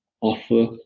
offer